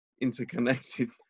interconnected